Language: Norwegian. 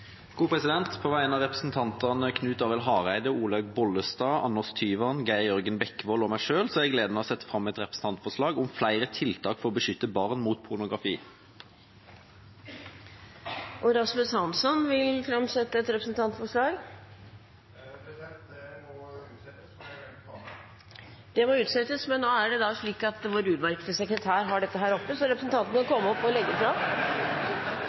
På vegne av representantene Knut Arild Hareide, Olaug V. Bollestad, Anders Tyvand, Geir Jørgen Bekkevold og meg selv har jeg gleden av å sette fram et representantforslag om flere tiltak for å beskytte barn mot pornografi. Rasmus Hansson vil framsette et representantforslag. President, det må utsettes, for jeg har glemt å ta det med! Men det er slik at vår utmerkede sekretær har dette her oppe, så representanten må komme opp og legge det fram.